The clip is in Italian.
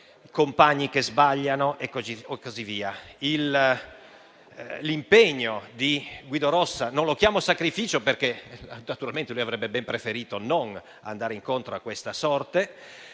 compagni che sbagliano e così via. L'impegno di Guido Rossa - non lo chiamo sacrificio perché naturalmente avrebbe ben preferito non andare incontro a questa sorte